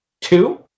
Two